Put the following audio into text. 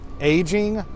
aging